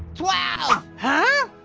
twelve! huh?